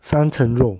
三层肉